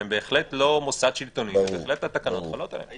הם בהחלט לא מוסד שלטוני ובהחלט התקנות חלות עליהם.